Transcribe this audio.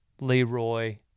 Leroy